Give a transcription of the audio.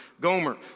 Gomer